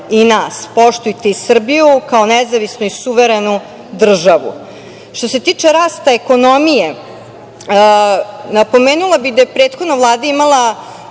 i nas, poštujte i Srbiju kao nezavisnu i suverenu državu. Što se tiče rasta ekonomije, napomenula bih da je prethodna Vlada imala